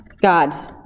God's